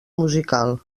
musical